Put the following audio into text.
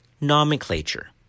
nomenclature